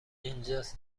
اینجاس